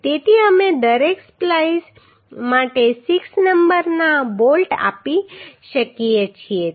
તેથી અમે દરેક સ્પ્લાઈસ માટે 6 નંબરના બોલ્ટ આપી શકીએ છીએ